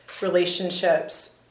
relationships